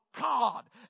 God